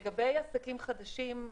לגבי עסקים חדשים,